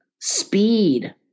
speed